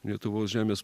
lietuvos žemės